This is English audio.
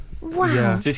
Wow